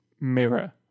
mirror